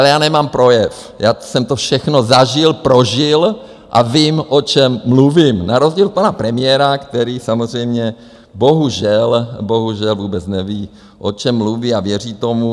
Já nemám projev, já jsem to všechno zažil, prožil a vím, o čem mluvím, na rozdíl od pana premiéra, který samozřejmě bohužel vůbec neví, o čem mluví a věří tomu.